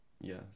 Yes